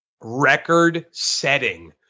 record-setting